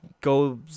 go